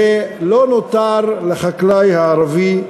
ולא נותר לחקלאי הערבי,